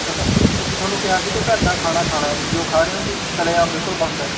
ਅਸੀਂ ਅਸੀਂ ਤੁਹਾਨੂੰ ਕਿਹਾ ਸੀ ਕਿ ਘਰ ਦਾ ਖਾਣਾ ਖਾਣਾ ਏ ਤੁਸੀਂ ਉਹ ਖਾ ਰਹੇ ਹੋ ਜੀ ਤਲਿਆ ਬਿਲਕੁਲ ਬੰਦ ਹੈ